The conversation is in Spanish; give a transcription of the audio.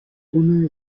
una